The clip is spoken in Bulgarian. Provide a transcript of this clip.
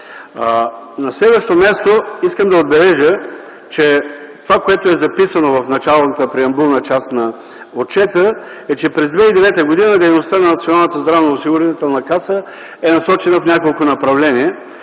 На следващо място, искам да отбележа това, което е записано в началната преамбюлна част на отчета, че през 2009 г. дейността на Националната здравноосигурителна каса е насочена в няколко направления.